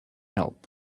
help